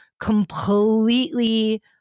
completely